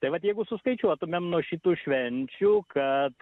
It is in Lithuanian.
tai vat jeigu suskaičiuotumėm nuo šitų švenčių kad